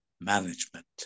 management